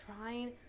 trying